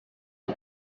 die